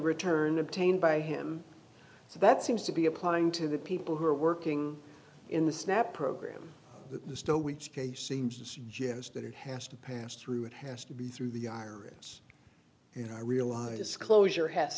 return obtained by him so that seems to be applying to the people who are working in the snap program that the stove which case seems to suggest that it has to pass through it has to be through the iris and i realize this closure has